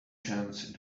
chance